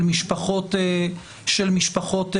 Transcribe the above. של משפחות צעירות,